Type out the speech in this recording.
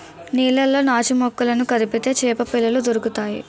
నీళ్లలో నాచుమొక్కలను కదిపితే చేపపిల్లలు దొరుకుతాయి